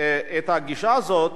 את הגישה הזאת,